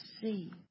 see